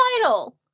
title